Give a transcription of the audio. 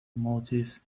motif